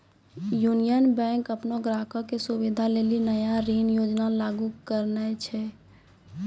union Bank अपनो ग्राहको के सुविधा लेली नया ऋण योजना लागू करने छै